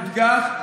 יודגש,